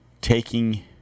taking